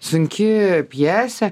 sunki pjesė